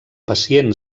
pacient